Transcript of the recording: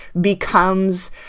becomes